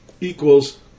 Equals